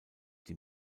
die